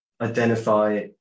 identify